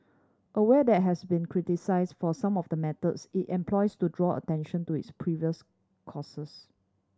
aware there has been criticised for some of the methods it employs to draw attention to its previous causes